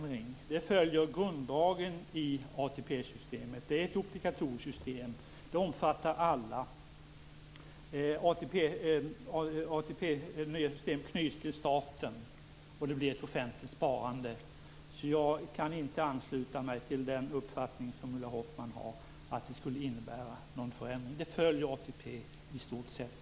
Det nya pensionssystemet följer grunddragen i ATP-systemet. Det är ett obligatoriskt system, och det omfattar alla. Det nya systemet knyts till staten, och det blir ett offentligt sparande. Jag kan därför inte ansluta mig till Ulla Hoffmanns uppfattning att det skulle innebära någon förändring. Systemet följer i stort sett ATP-systemet.